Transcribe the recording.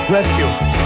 Rescue